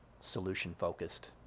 solution-focused